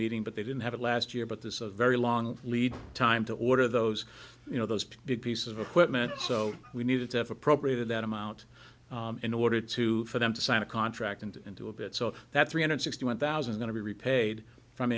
meeting but they didn't have it last year but this a very long lead time to order those you know those big pieces of equipment so we needed to have appropriated that amount in order to for them to sign a contract and into a bit so that three hundred sixty one thousand going to be repaid from